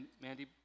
Mandy